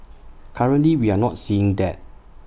currently we are not seeing that